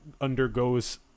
undergoes